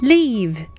Leave